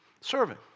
Serving